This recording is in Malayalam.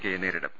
കെ യെ നേരിടും